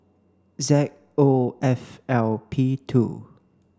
Z O F L P two